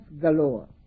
galore